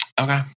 okay